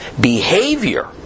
behavior